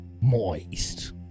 Moist